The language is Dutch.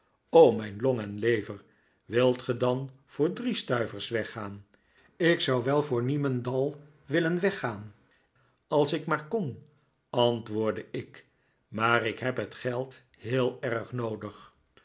o mijn long en lever wilt ge dan voor drie stuivers weggaan ik zou wel voor niemendal willen weggaan als ik maar kon antwoordde ik maar ik heb het geld heel erg noodig